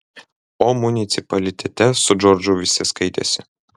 o municipalitete su džordžu visi skaitėsi